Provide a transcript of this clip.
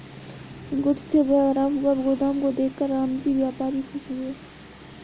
goods से भरा हुआ गोदाम को देखकर रामजी व्यापारी खुश हुए